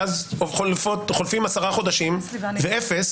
ואז חולפים עשרה חודשים ואפס.